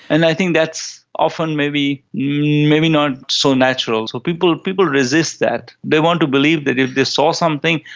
and i think that's often maybe maybe not so natural, so people people resist that. they want to believe that if they saw something,